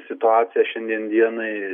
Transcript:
situacija šiandien dienai